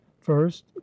first